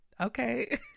okay